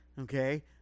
okay